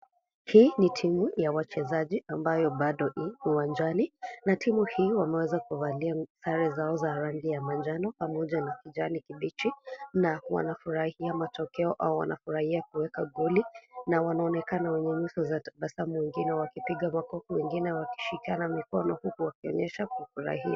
Hii ni timu ya wachezaji ambayo bado ii uwanjani na timu hii wameweza kuvalia sare zao za rangi ya manjano pamoja na kijani kibichi na wanafurahia matokeo au wanafurahia kuweka goli na wanaonekana wenye nyuso ya tabasamu, wengine wakipiga makofi, wengine wakishikana mikono huku wakionyesha kufurahia.